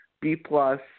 B-plus